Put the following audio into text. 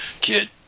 kid